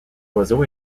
oiseau